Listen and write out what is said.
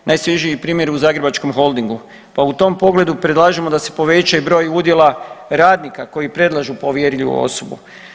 Najsvježiji primjer je u Zagrebačkom holdingu, pa u tom pogledu predlažemo da se poveća i broj udjela radnika koji predlažu povjerljivu osobu.